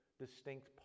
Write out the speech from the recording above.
distinct